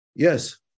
Yes